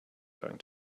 going